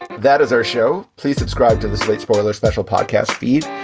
that is our show. please subscribe to the slate spoiler special podcast, ft.